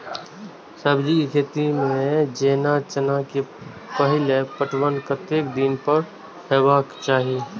सब्जी के खेती में जेना चना के पहिले पटवन कतेक दिन पर हेबाक चाही?